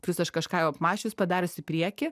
plius aš kažką jau apmąsčius padarius į priekį